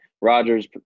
Rogers